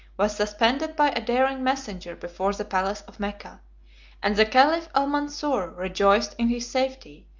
was suspended by a daring messenger before the palace of mecca and the caliph almansor rejoiced in his safety,